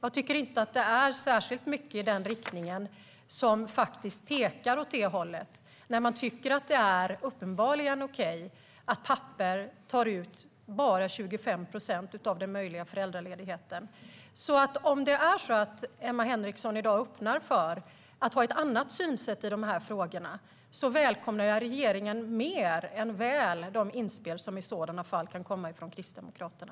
Men det är inte mycket som pekar åt det hållet när man uppenbarligen tycker att det är okej att pappor tar ut bara 25 procent av föräldraledigheten. Men om Emma Henriksson i dag öppnar för ett annat synsätt i dessa frågor välkomnar regeringen mer än gärna de inspel som kan komma från Kristdemokraterna.